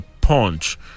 punch